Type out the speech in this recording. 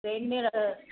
train में